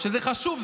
וזה חשוב,